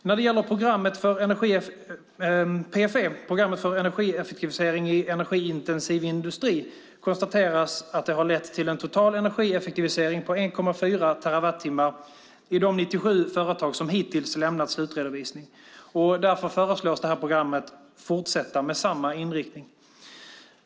När det gäller PFE, programmet för energieffektivisering i energiintensiv industri, konstateras att det har lett till en total energieffektivisering på 1,4 terawattimmar i de 97 företag som hittills lämnat slutredovisning. Därför föreslås det här programmet fortsätta med samma inriktning.